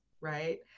right